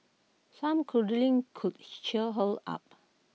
some cuddling could cheer her up